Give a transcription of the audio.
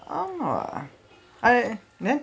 ah I ya